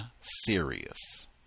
serious